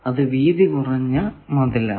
അത് വീതി കുറഞ്ഞ ഭാഗമാണ്